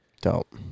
Dope